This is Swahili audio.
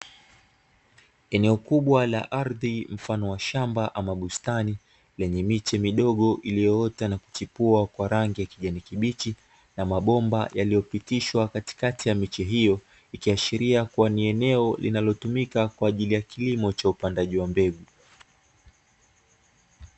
Eneo kubwa la ardhi mfano wa shamba ama bustani, lenye miche midogo iliyoota na kuchipua kwa rangi ya kijani kibichi, na mabomba yaliyopitishwa katikati ya miche hiyo, ikiashiria kua ni eneo linalotumika kwa ajili ya kilimo cha upandaji wa mbegu.